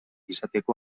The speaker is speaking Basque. izateko